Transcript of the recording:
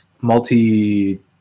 multi